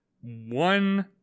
one